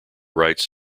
writes